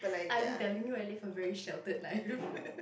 I'm telling you I live a very sheltered life